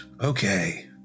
Okay